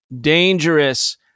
Dangerous